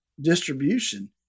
distribution